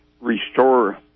restore